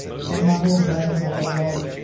so my whole leg was like a log.